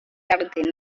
garden